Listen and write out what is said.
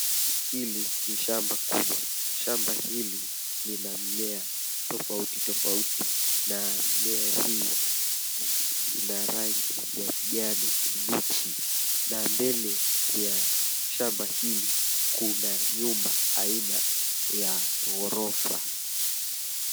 Hili ni shamba kubwa. Shamba hili lina mimea tofauti tofauti na mimea hii ina rangi ya kijani kibichi na mbele ya shamba hili kuna nyumba aina ya ghorofa .